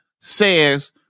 says